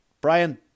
brian